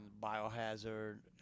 Biohazard